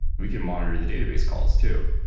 we can monitor the database calls too.